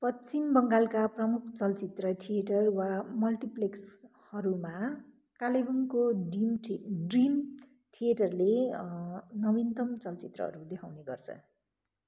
पश्चिम बङ्गालका प्रमुख चलचित्र थिएटर वा मल्टिप्लेक्सहरूमा कालेबुङको ड्रिम थे ड्रिम थिएटरले नविनतम चलचित्रहरू देखाउने गर्छ